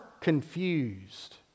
confused